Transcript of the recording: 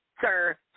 Sir